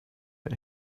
but